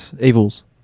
evils